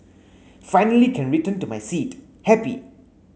finally can return to my seat happy